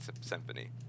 Symphony